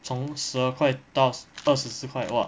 从十二块到到二十四块 !wah!